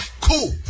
Cool